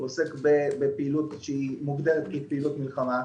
שעוסק בפעילות שמוגדרת כפעילות מלחמה.